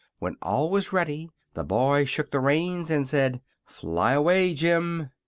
when all was ready the boy shook the reins and said fly away, jim!